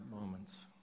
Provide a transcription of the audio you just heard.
moments